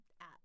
app